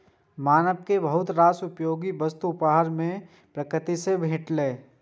मानव कें बहुत रास उपयोगी वस्तुक उपहार प्रकृति सं भेटलैए